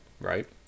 right